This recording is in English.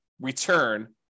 return